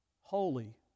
holy